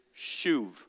shuv